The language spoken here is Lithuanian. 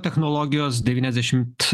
technologijos devyniasdešimt